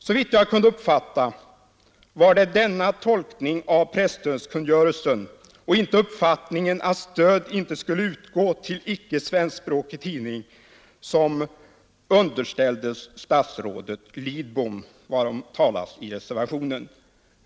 Såvitt jag kunde uppfatta var det denna tolkning av presstödskungörelsen och inte uppfattningen att stöd inte skulle utgå till icke svenskspråkig tidning som underställdes statsrådet Lidbom, varom talas i reservationen.